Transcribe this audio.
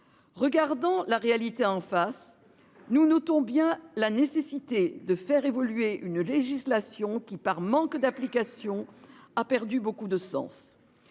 Regardant la réalité en face. Nous notons bien la nécessité de faire évoluer une législation qui, par manque d'application a perdu beaucoup de sens.